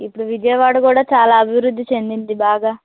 ఇప్పుడు విజయవాడ కూడా చాలా అభివృద్ధి చెందింది బాగా